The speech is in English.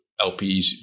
LPs